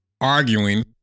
arguing